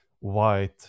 white